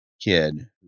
kid